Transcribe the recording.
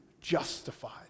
justified